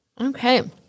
Okay